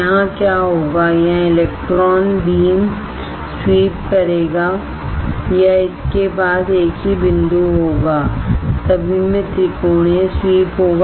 यहाँ क्या होगा यहाँ इलेक्ट्रान बीम स्वीप करेगा या इसके पास एक ही बिंदु होगा सभी में त्रिकोणीय स्वीप होगा